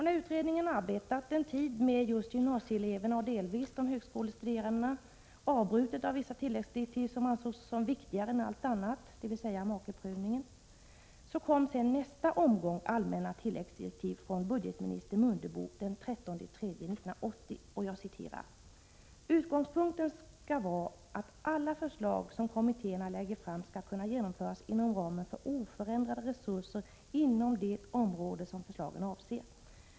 När utredningen arbetat en tid med gymnasieeleverna och delvis med de högskolestuderande, avbrutet genom tilläggsdirektiv som ansågs vara viktigare än allt annat, dvs. direktiv beträffande äktamakeprövningen, kom sedan nästa omgång allmänna tilläggsdirektiv från budgetminister Mundebo den 13 mars 1980, där det sägs: ”Utgångspunkten skall vara att alla förslag som kommittéerna lägger fram skall kunna genomföras inom ramen för oförändrade resurser inom det område som förslagen avser.